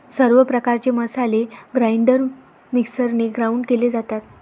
सर्व प्रकारचे मसाले ग्राइंडर मिक्सरने ग्राउंड केले जातात